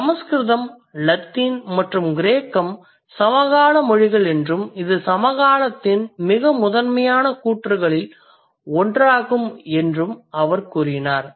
சமஸ்கிருதம் Latin மற்றும் கிரேக்கம் சமகால மொழிகள் என்றும் இது சமகாலத்தின் மிக முதன்மையான கூற்றுகளில் ஒன்றாகும் என்றும் அவர் கூறினார்